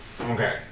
Okay